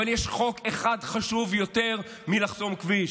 אבל יש חוק אחד חשוב יותר מלחסום כביש: